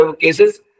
cases